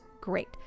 great